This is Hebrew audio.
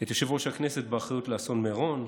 האשים את יושב-ראש הכנסת באחריות לאסון מירון,